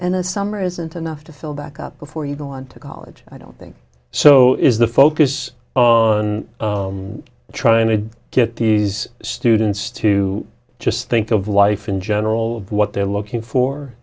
and the summer isn't enough to fill back up before you go on to college i don't think so is the focus on trying to get these students to just think of life in general what they're looking for